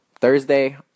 Thursday